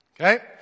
Okay